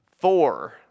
Four